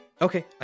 Okay